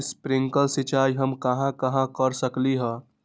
Sprinkle सिंचाई हम कहाँ कहाँ कर सकली ह?